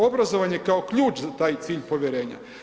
Obrazovanje je kao ključ za taj cilj povjerenja.